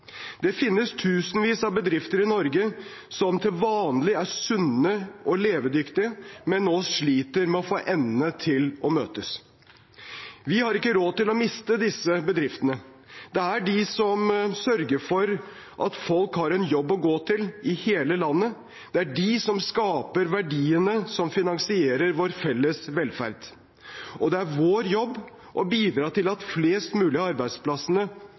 Det finnes tusenvis av bedrifter i Norge som til vanlig er sunne og levedyktige, men som nå sliter med å få endene til å møtes. Vi har ikke råd til å miste disse bedriftene. Det er de som sørger for at folk har en jobb å gå til i hele landet, det er de som skaper verdiene som finansierer vår felles velferd, og det er vår jobb å bidra til at flest mulig av arbeidsplassene